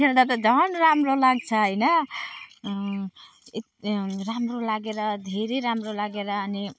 खेल्दा त झन् राम्रो लाग्छ होइन एत राम्रो लागेर धेरै राम्रो लागेर अनि